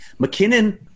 McKinnon